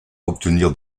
obtenir